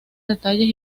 detalles